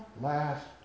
last